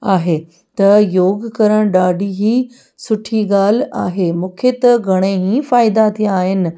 आहे त योग करणु ॾाढी ई सुठी ॻाल्हि आहे मूंखे त घणे ई फ़ाइदा थिया आहिनि